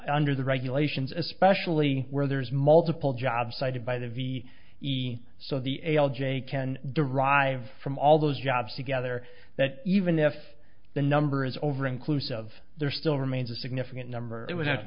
under the regulations especially where there's multiple jobs cited by the v e e e so the a l j can derive from all those jobs together that even if the number is over inclusive there still remains a significant number it would have to